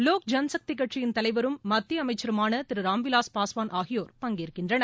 லோக் ஜன்சக்தி கட்சியின் தலைவரும் மத்திய அமைச்சருமான திரு ராம்விவாஸ் பாஸ்வான் ஆகியோர் பங்கேற்கின்றனர்